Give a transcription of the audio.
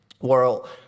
World